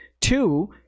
Two